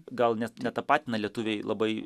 gal net netapatina lietuviai labai